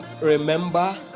Remember